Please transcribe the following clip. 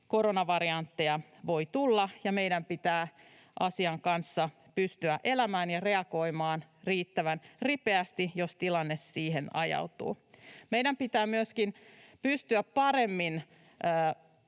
koronavariantteja voi tulla, ja meidän pitää asian kanssa pystyä elämään ja reagoimaan riittävän ripeästi, jos tilanne siihen ajautuu. Meidän pitää myöskin pystyä paremmin